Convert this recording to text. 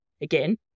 Again